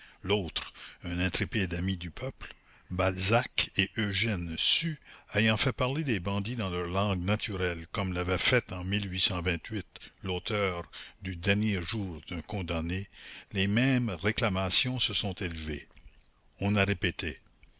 l'autre un intrépide ami du peuple balzac et eugène sue ayant fait parler des bandits dans leur langue naturelle comme l'avait fait en l'auteur du dernier jour d'un condamné les mêmes réclamations se sont élevées on a répété